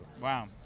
wow